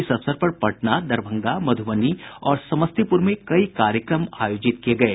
इस अवसर पर पटना दरभंगा मधुबनी और समस्तीपुर में कई कार्यक्रम आयोजित किये गये